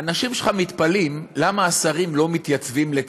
האנשים שלך מתפלאים למה השרים לא מתייצבים לצידך.